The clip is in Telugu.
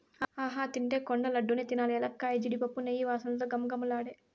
ఆహా తింటే కొండ లడ్డూ నే తినాలి ఎలక్కాయ, జీడిపప్పు, నెయ్యి వాసనతో ఘుమఘుమలాడే